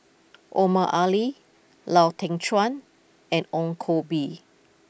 Omar Ali Lau Teng Chuan and Ong Koh Bee